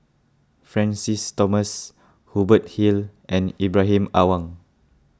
Francis Thomas Hubert Hill and Ibrahim Awang